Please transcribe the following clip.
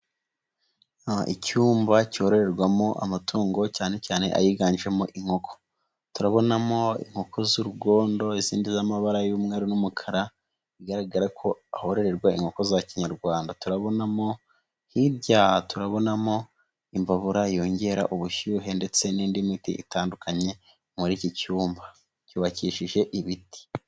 Icyumba cyororerwamo amatungo cyane cyane ayiganjemo inkoko, turabona mo inkoko z'urugondo izindi z'amabara y'umweru n'umukara bigaragara ko hororerwa inkoko za kinyarwanda, turabona mo hirya turabona mo imbabura yongera ubushyuhe ndetse n'indi miti itandukanye muri iki cyumba cyubakishije ibiti.